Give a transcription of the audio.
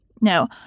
No